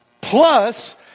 Plus